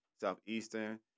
Southeastern